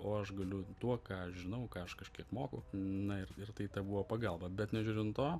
o aš galiu tuo ką aš žinau ką aš kažkiek moku na ir ir tai ta buvo pagalba bet nežiūrint to